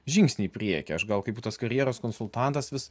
žingsnį į priekį aš gal kaip tos karjeros konsultantas vis